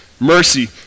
mercy